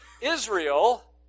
Israel